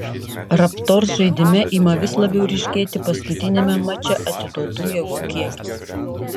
raptors žaidime ima vis labiau ryškėti paskutiniame mače atiduotų jėgų kiekis